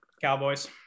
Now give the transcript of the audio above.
Cowboys